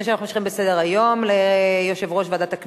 אנחנו עוברים לתוצאות: בעד, 10,